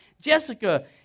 Jessica